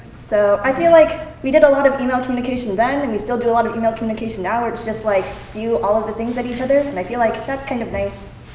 so i feel like we did a lot of email communication then, and we still do a lot of email communication now. it's just like, spew all of the things at each other. and i feel like, that's kind of nice.